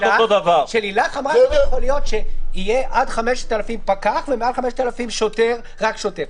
שלילך אמרה שלא יכול להיות שיהיה עד 5,000 פקח ומעל 5,000 רק שוטר.